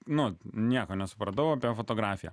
nu nieko nesupratau apie fotografiją